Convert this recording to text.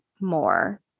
more